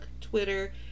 Twitter